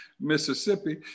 Mississippi